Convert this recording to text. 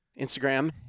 Instagram